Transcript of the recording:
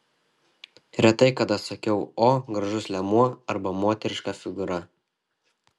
retai kada sakiau sau o gražus liemuo arba moteriška figūra